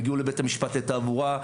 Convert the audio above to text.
יגיעו לבית המשפט לתעבורה,